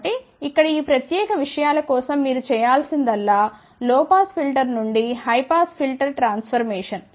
కాబట్టి ఇక్కడ ఈ ప్రత్యేక విషయాల కోసం మీరు చేయాల్సిందల్లా లో పాస్ ఫిల్టర్ నుండి హై పాస్ ఫిల్టర్ ట్రాన్ఫర్మేషన్